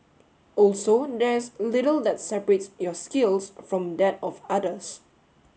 also there is little that separates your skills from that of others